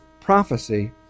prophecy